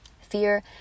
Fear